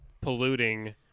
polluting